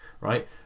right